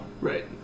Right